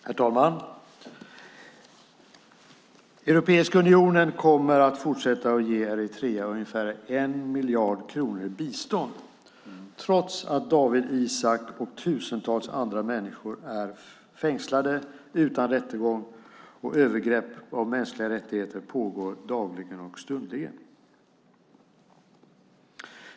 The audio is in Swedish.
Herr talman! Europeiska unionen kommer att fortsätta ge Eritrea ungefär 1 miljard kronor i bistånd, trots att Dawit Isaak och tusentals andra människor är fängslade utan rättegång och övergrepp mot mänskliga rättigheter pågår dagligen och stundligen.